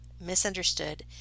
misunderstood